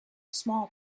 small